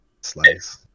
Slice